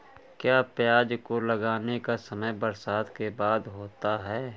क्या प्याज को लगाने का समय बरसात के बाद होता है?